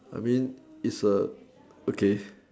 I mean it's a okay